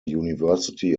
university